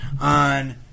on